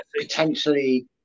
potentially